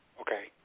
okay